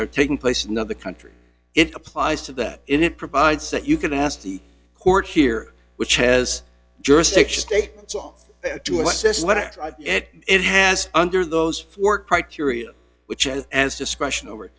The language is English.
are taking place and of the country it applies to that it provides that you can ask the court here which has jurisdiction state to alexis what it has under those four criteria which and its discretion over